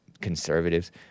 conservatives